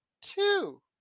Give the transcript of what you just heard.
two